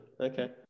Okay